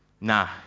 nah